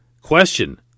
question